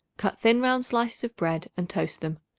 cut thin round slices of bread and toast them.